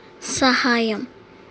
సహాయం